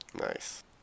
Nice